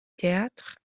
théâtre